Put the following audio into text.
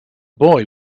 boy